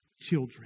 children